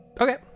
Okay